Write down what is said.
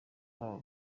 babo